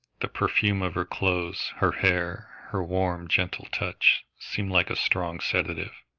the perfume of her clothes, her hair, her warm, gentle touch, seemed like a strong sedative.